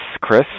chris